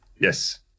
Yes